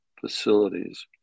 facilities